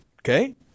Okay